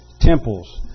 temples